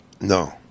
No